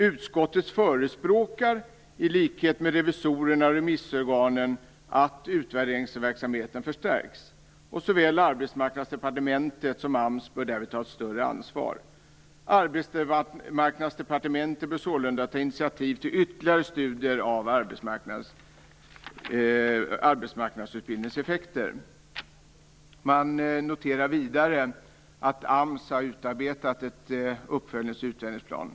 Utskottet förespråkar - i likhet med revisorerna och remissorganen - att utvärderingsverksamheten förstärks. Såväl Arbetsmarknadsdepartementet som AMS bör därvid ta större ansvar. Arbetsmarknadsdepartementet bör sålunda ta initiativ till ytterliga studier av arbetsmarknadsutbildningens effekter." Man noterar vidare att AMS har utarbetat en uppföljnings och utvärderingsplan.